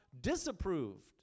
disapproved